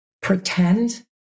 pretend